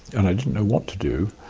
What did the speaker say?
and i didn't know what to do.